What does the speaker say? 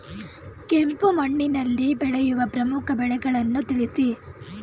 ಕೆಂಪು ಮಣ್ಣಿನಲ್ಲಿ ಬೆಳೆಯುವ ಪ್ರಮುಖ ಬೆಳೆಗಳನ್ನು ತಿಳಿಸಿ?